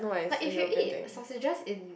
like if you eat sausages in